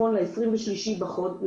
שנכון ל-23 במרץ.